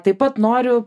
taip pat noriu